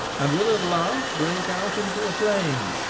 and will at last breake out into a flame,